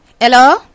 Hello